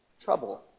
Trouble